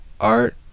Art